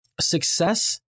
success